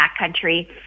backcountry